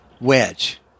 wedge